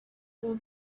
will